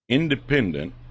independent